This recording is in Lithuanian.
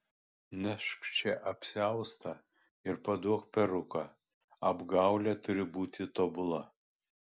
nešk čia apsiaustą ir paduok peruką apgaulė turi būti tobula